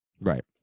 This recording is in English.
Right